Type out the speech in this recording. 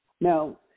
No